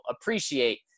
Appreciate